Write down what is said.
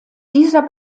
dieser